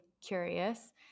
curious